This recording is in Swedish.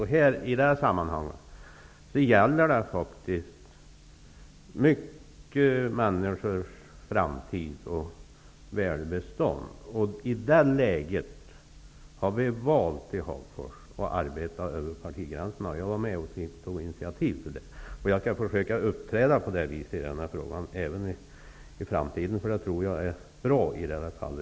Det gäller i detta sammanhang många människors framtid och välbestånd. I det läget har vi i Hagfors valt att arbeta över partigränserna, och jag var med om att ta initiativ till det. Jag skall försöka uppträda på det viset i denna fråga även i framtiden. Jag tror att det är bra i detta fall.